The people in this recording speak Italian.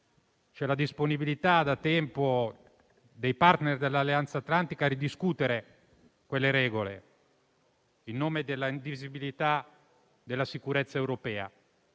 la disponibilità dei *partner* dell'Alleanza atlantica a ridiscutere quelle regole, in nome della indivisibilità della sicurezza europea.